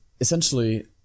essentially